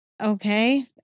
Okay